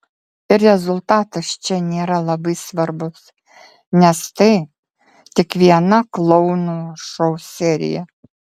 ir rezultatas čia nėra labai svarbus nes tai tik viena klounų šou serija